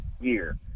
year